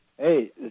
Hey